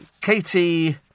Katie